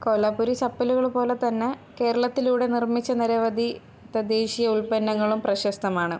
കൊലാപ്പൂരി ചപ്പലുകൾ പോലെ തന്നെ കേരളത്തിലൂടെ നിർമ്മിച്ച നിരവധി തദ്ദേശീയ ഉൽപന്നങ്ങളും പ്രശസ്തമാണ്